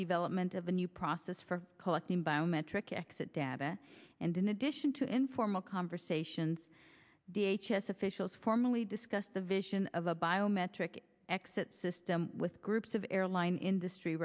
development of a new process for collecting biometric exit data and in addition to informal conversations the h s officials formally discussed the vision of a biometric exit system with groups of airline industry